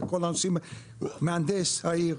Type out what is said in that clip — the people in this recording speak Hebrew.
מהנדס העיר.